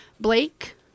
Blake